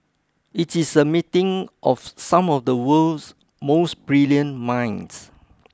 it is a meeting of some of the world's most brilliant minds